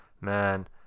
man